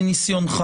מניסיונך